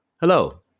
Hello